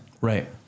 Right